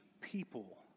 people